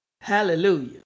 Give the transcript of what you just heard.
Hallelujah